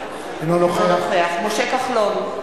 אינו נוכח משה כחלון,